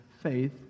faith